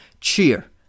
cheer